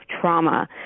trauma